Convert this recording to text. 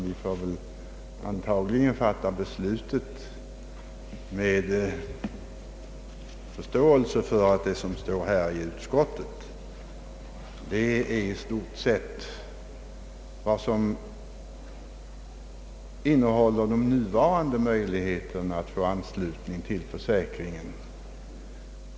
Vi får sålunda fatta beslut med förlitande på att utskottets utlåtande i stort sett redogör för de nuvarande möjligheterna att få anslutning till sjukförsäkringen.